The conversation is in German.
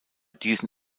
diesen